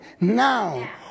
Now